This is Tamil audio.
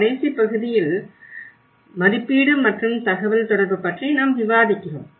கடைசி பகுதியில் மதிப்பீடு மற்றும் தகவல்தொடர்பு பற்றி நாம் விவாதிக்கிறோம்